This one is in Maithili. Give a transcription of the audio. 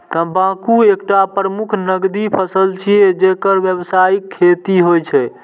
तंबाकू एकटा प्रमुख नकदी फसल छियै, जेकर व्यावसायिक खेती होइ छै